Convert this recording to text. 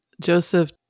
Joseph